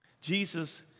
Jesus